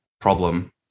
problem